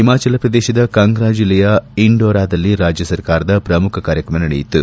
ಹಿಮಾಚಲ ಪ್ರದೇಶದ ಕಂಗ್ರಾ ಜಿಲ್ಲೆಯ ಇಂಡೋರಾದಲ್ಲಿ ರಾಜ್ಯ ಸರ್ಕಾರದ ಪ್ರಮುಖ ಕಾರ್ಯಕ್ರಮ ನಡೆಯಿತು